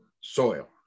soil